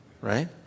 right